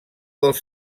dels